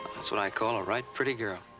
that's what i call a right pretty girl.